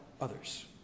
others